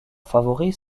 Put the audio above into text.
favoris